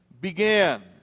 began